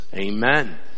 Amen